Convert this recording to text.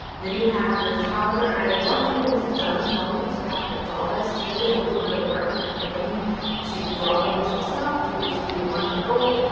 then you have your calendar. and i love having this done for me instead of having to draw this, because it is a little bit of work and planning to draw one of these yourself. you get to do your monthly goals,